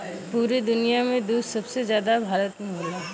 पुरे दुनिया में दूध सबसे जादा भारत में होला